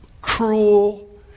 cruel